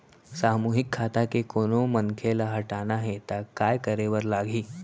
सामूहिक खाता के कोनो मनखे ला हटाना हे ता काय करे बर लागही?